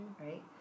right